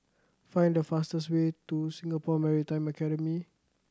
find the fastest way to Singapore Maritime Academy